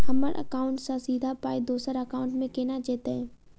हम्मर एकाउन्ट सँ सीधा पाई दोसर एकाउंट मे केना जेतय?